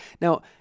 Now